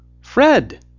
Fred